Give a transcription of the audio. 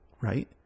right